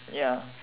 ya